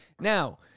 Now